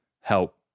help